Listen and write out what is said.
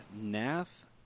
Nath